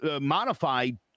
modified